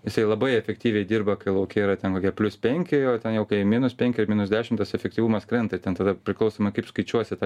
jisai labai efektyviai dirba kai lauke yra ten kokie plius penki o ten jau kai minus penki ar minus dešim tas efektyvumas krenta ten tada priklausomai kaip skaičiuosi tą